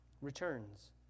returns